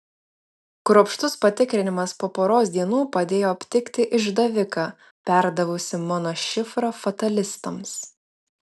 kruopštus patikrinimas po poros dienų padėjo aptikti išdaviką perdavusi mano šifrą fatalistams